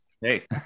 Hey